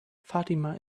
fatima